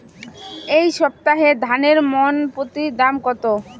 এই সপ্তাহে ধানের মন প্রতি দাম কত?